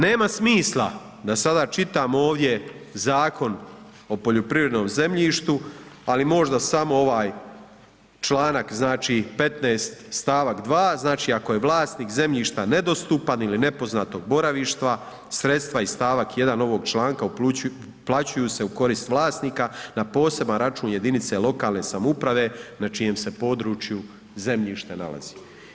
Nema smisla da sada čitam ovdje Zakon o poljoprivrednom zemljištu, ali možda samo ovaj Članak znači 15. stavak 2. znači ako je vlasnik zemljišta nedostupan ili nepoznatog boravišta sredstva iz stavak 1. ovog članka uplaćuju se u korist vlasnika na poseban račun jedinice lokalne samouprave na čijem se području zemljište nalazi.